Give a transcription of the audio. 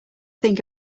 think